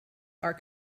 are